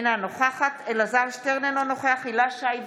אינה נוכחת אלעזר שטרן, אינו נוכח הילה שי וזאן,